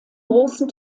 großen